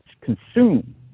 consume